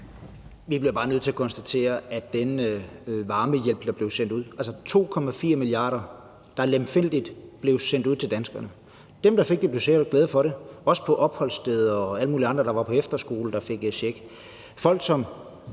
Vi bliver bare nødt til at konstatere i forhold til den varmehjælp, der blev sendt ud, altså 2,4 mia., der lemfældigt blev sendt ud til danskerne, at dem, der fik det, var glade for det, også dem på opholdssteder og alle mulige andre, f.eks. folk, der var på efterskole, som fik en check. Folk, som